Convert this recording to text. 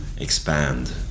expand